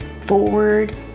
forward